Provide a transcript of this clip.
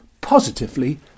positively